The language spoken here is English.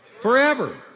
Forever